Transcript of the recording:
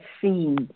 seen